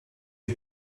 est